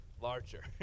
larger